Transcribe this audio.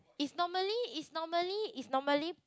is normally is normally is normally